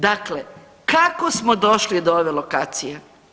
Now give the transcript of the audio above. Dakle, kako smo došli do ove lokacije?